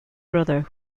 brother